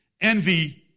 Envy